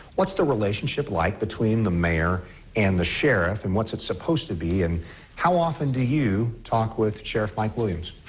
what's the relationship like between the mayor and the sheriff and what's it supposed to be and how often do you talk with sheriff mike williams?